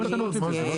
אתה